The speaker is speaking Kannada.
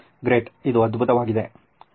ಇದು ಅದ್ಭುತವಾಗಿದೆ